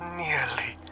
nearly